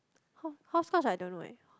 h~ hopscotch I don't know right